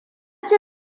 ji